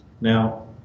Now